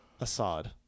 Assad